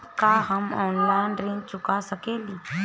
का हम ऑनलाइन ऋण चुका सके ली?